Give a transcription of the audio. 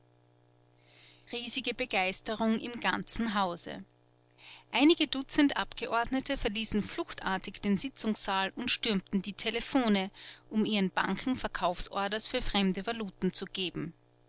riesige begeisterung im ganzen hause einige dutzend abgeordnete verließen fluchtartig den sitzungssaal und stürmten die telephone um ihren banken verkaufsorders für fremde valuten zu geben